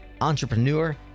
entrepreneur